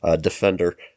Defender